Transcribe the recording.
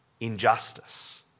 injustice